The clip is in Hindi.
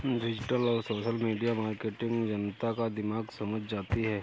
डिजिटल और सोशल मीडिया मार्केटिंग जनता का दिमाग समझ जाती है